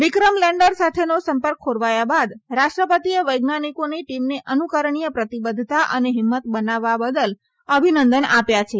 વિક્રમ lander સાથેનો સંપર્ક ખોરવાયા બાદ રાષ્ટ્રપતિએ વૈજ્ઞાનિકોની ટીમને અનુકરણીય પ્રતિબધ્ધતા અને હિંમત બનાવવા બદલ અભિનંદન આપ્યા છે